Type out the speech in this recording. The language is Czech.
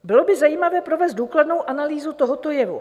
Bylo by zajímavé provést důkladnou analýzu tohoto jevu.